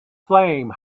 flame